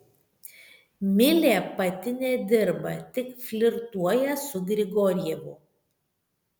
milė pati nedirba tik flirtuoja su grigorjevu